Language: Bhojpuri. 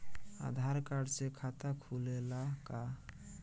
आधार कार्ड से खाता खुले ला का?